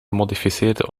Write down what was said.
gemodificeerde